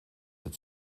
het